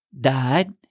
died